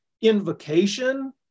invocation